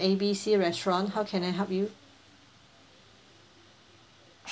A B C restaurant how can I help you